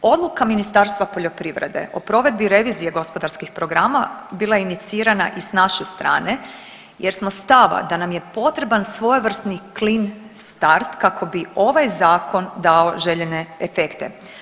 Odluka Ministarstva poljoprivrede o provedbi revizije gospodarskih programa bila je inicirana i sa naše strane, jer smo stava da nam je potreban svojevrsni clean start kako bi ovaj zakon dao željene efekte.